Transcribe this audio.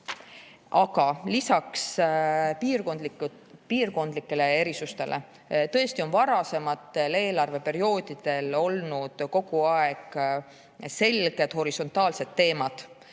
Lisaks piirkondlikele erisustele on varasematel eelarveperioodidel olnud kogu aeg selged horisontaalsed teemad,